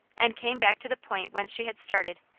and came back to the point whence she had started,